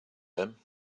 him